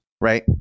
right